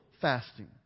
fasting